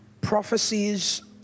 prophecies